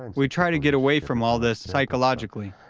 and we try to get away from all this psychologically,